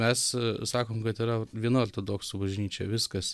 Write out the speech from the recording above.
mes sakom kad yra viena ortodoksų bažnyčia viskas